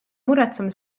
muretsema